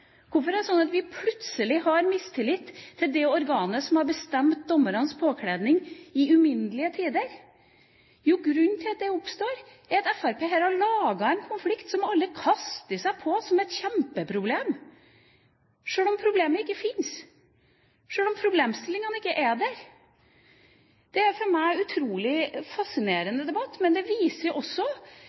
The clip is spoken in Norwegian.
Hvorfor er det slik at vi plutselig har mistillit til det organet som har bestemt dommernes påkledning i uminnelige tider? Jo, grunnen til at det oppstår, er at Fremskrittspartiet her har laget en konflikt som alle kaster seg på som et kjempeproblem, sjøl om problemet ikke finnes, sjøl om problemstillingene ikke er der. Det er for meg en utrolig fascinerende debatt, men det viser også